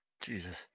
Jesus